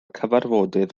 cyfarfodydd